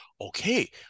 okay